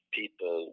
people